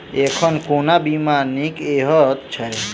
एखन कोना बीमा नीक हएत छै?